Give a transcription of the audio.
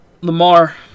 Lamar